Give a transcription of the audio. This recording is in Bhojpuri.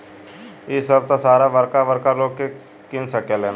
इ सभ त सारा बरका बरका लोग ही किन सकेलन